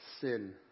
sin